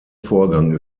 vorgang